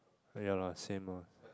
ah ya lah same lah